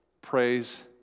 praise